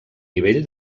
nivell